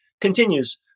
continues